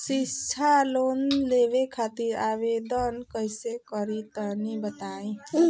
शिक्षा लोन लेवे खातिर आवेदन कइसे करि तनि बताई?